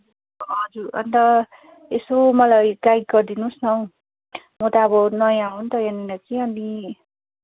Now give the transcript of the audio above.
हजुर अन्त यसो मलाई गाइड गरिदिनु होस् न म त अब नयाँ हो अन्त यहाँनेर कि अनि